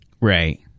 Right